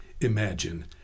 imagine